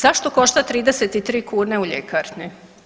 Zašto košta 33 kune u ljekarni?